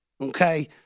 Okay